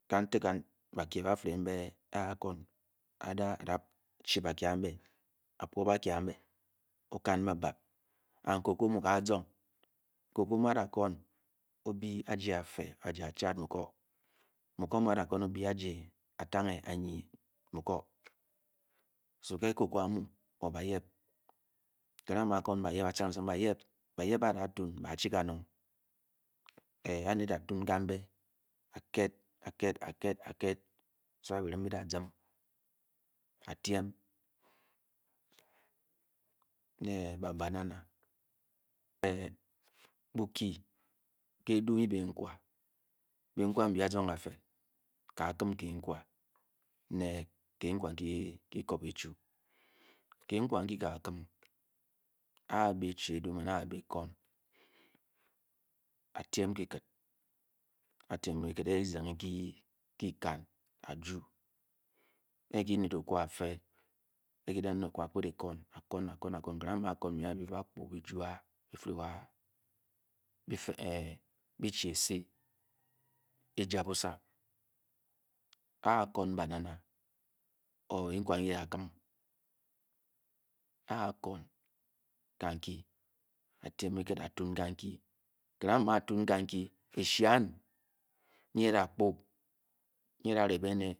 Katak bakye batere mbe a'da kwan a'da' bwo bakye a'me okom ba'bap and cocoa mu ka azung. cocoa mu'da' kwon obiyi ajé anyéé mu ko mu aje atomge. mu ko' so ke' cocoa a'uu or bayep ba' nyde atuu ka' mbé áket. aket so that byirim bi da'zim a'tiem. bé bukyi ke. edu nyi benkwo benkwo nyi azung afee. kaakim kenkwa ue wki la'kwop e-chu. kenkwa nki káákim we'kenkwa nkyi-ki kwōp e-chu. ueikwa nkyi kaakim aa'be-chi eduu ēmen aabe kwon a'tiem kiket. ezinge nki kyikan'aju. e kiny okwa. afe ekyi da nyde okwo'a. akpet e-kwon kerange a'maa-kwon byien a'bi byi ba kpu byi jua bifere wa-byi chi ési eja būsa. aakun banana or kenkwa kyi kaākim. aa'kan a-tiem kiket atun kan-ki kirange a'mu-a' tun ka'nki e-shang nyie e'da'kpo. nyi eda rebe éné.